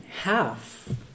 half